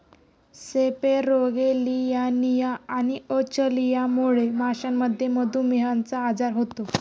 सेपेरोगेलियानिया आणि अचलियामुळे माशांमध्ये मधुमेहचा आजार होतो